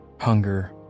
hunger